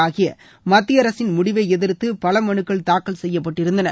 ஆகிய மத்திய அரசின் முடிவை எதிர்த்து பல மனுக்கள் தாக்கல் செய்யப்பட்டிருந்தன